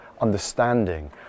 understanding